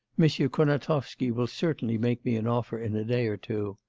monsieur kurnatovsky will certainly make me an offer in a day or two.